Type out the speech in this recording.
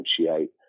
differentiate